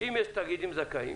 אם יש תאגידים זכאים,